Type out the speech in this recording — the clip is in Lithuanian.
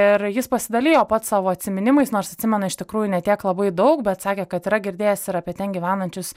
ir jis pasidalijo pats savo atsiminimais nors atsimena iš tikrųjų ne tiek labai daug bet sakė kad yra girdėjęs ir apie ten gyvenančius